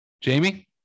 Jamie